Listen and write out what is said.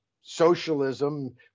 socialism